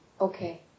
Okay